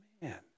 man